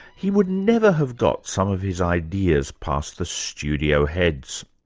he would never have got some of his ideas past the studio heads.